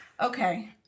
Okay